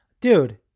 dude